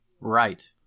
Right